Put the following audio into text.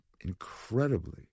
incredibly